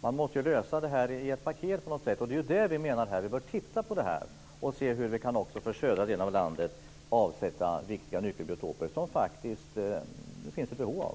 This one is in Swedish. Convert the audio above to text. Man måste ju lösa det här i ett paket på något sätt. Det är därför vi menar att vi bör se över hur vi också i den södra delen av landet kan avsätta viktiga nyckelbiotoper, som det faktiskt finns ett behov av.